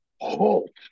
halt